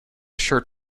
shirt